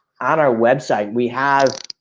on our website, we have